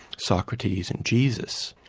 socrates and jesus.